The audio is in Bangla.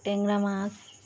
ট্যাংরা মাছ